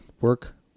work